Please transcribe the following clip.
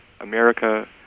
America